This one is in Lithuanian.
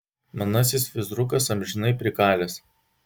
manasis fizrukas amžinai prikalęs